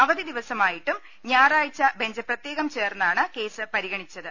അവധി ദിവസമായിട്ടും ഞായറാഴ്ച ബെഞ്ച് പ്രത്യേകം ചേർന്നാണ് കേസ് പരിഗണിച്ചത്